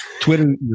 Twitter